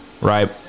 right